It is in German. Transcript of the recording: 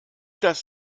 das